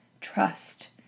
trust